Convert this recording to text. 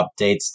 updates